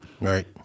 Right